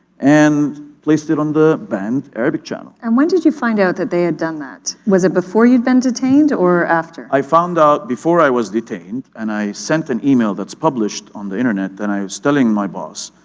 and placed it on the banned arabic channel. ms and, when did you find out that they had done that? was it before you'd been detained or after? mf i found out before i was detained. and, i sent an email that's published on the internet. and, i was telling my boss,